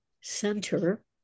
center